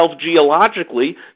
geologically